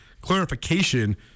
clarification